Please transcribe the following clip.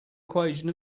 equation